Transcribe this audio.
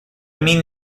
mean